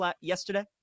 yesterday